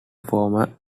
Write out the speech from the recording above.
former